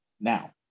now